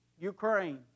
Ukraine